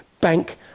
bank